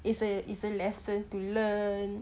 is a is a lesson to learn